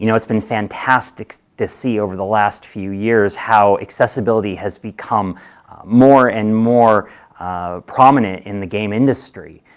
you know it's been fantastic to see over the last few years how accessibility has become more and more prominent in the game industry,